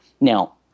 Now